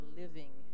living